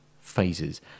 phases